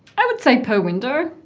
i would say per window.